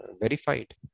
verified